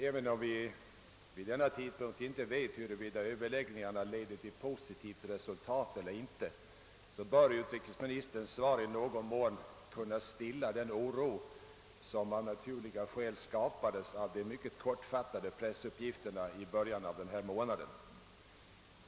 även om vi vid denna tidpunkt inte vet huruvida överläggningarna leder till ett positivt resultat eller inte, bör utrikesministerns svar i någon mån kunna stilla den oro, som av naturliga skäl skapades av de mycket kortfattade pressuppgifterna i början av denna månad.